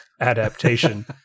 adaptation